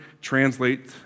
translate